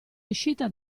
uscita